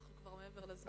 אנחנו כבר מעבר לזמן.